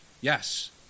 Yes